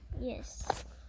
Yes